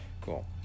Cool